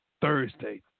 Thursday